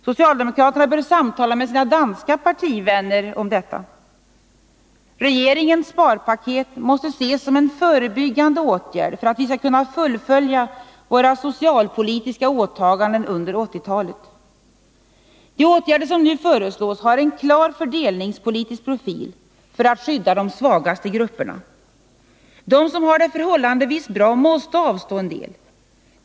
Socialdemokraterna bör samtala med sina danska partivänner om detta. Regeringens sparpaket måste ses som en förebyggande åtgärd, för att vi skall kunna fullfölja våra socialpolitiska åtaganden under 1980-talet. De åtgärder som nu föreslås har en klar fördelningspolitisk profil, som syftar till att skydda de svagaste grupperna. De som har det förhållandevis bra måste avstå en del.